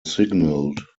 signaled